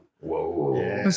Whoa